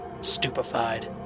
stupefied